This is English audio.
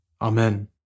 Amen